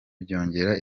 byongera